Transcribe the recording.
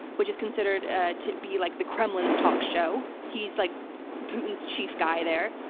which is considered to be like the kremlin's talk show. he's like putin's chief guy there,